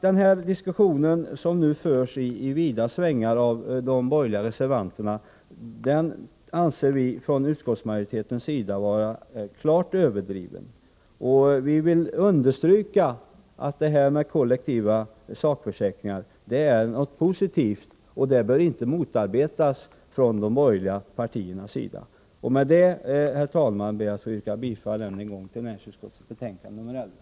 Den diskussion som nu förs i vida svängar av de borgerliga reservanterna anser vi från utskottets sida vara klart överdriven. Vi vill understryka att kollektiva sakförsäkringar är något positivt som inte bör motarbetas från de borgerliga partiernas sida. Med detta, herr talman, ber jag än en gång att få yrka bifall till näringsutskottets hemställan i betänkande nr 11.